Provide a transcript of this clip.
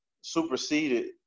superseded